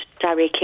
directly